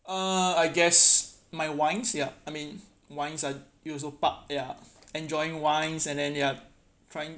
uh I guess my wines ya I mean wines are you also pub ya enjoying wines and then ya trying